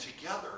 together